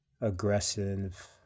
aggressive